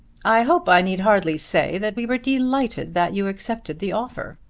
i hope i need hardly say that we were delighted that you accepted the offer.